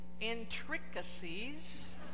intricacies